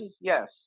Yes